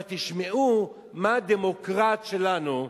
אבל תשמעו מה הדמוקרט שלנו,